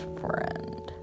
friend